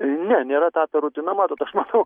ne nėra tapę rutina matot aš matau